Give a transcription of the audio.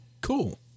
Cool